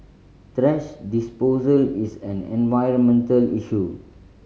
thrash disposal is an environmental issue